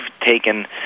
taken